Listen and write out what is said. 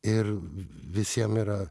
ir visiem yra